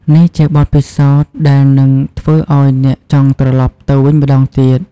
នេះជាបទពិសោធន៍ដែលនឹងធ្វើឱ្យអ្នកចង់ត្រឡប់ទៅវិញម្តងទៀត។